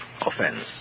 offense